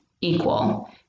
equal